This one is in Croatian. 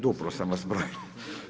Duplo sam vas brojio.